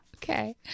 Okay